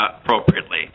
appropriately